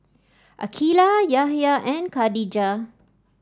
Aqeelah Yahya and Khatijah